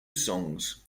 songs